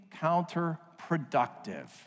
counterproductive